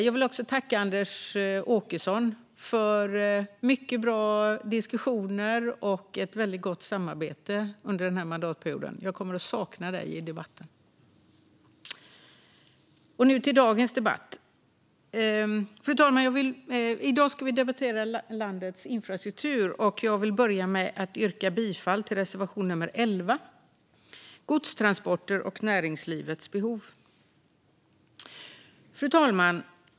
Jag vill också tacka Anders Åkesson för mycket bra diskussioner och ett väldigt gott samarbete under mandatperioden. Jag kommer att sakna dig i debatten. Nu kommer jag till dagens debatt. I dag ska vi debattera landets infrastruktur, och jag vill yrka bifall till reservation 15, Godstransporter och näringslivets behov. Fru talman!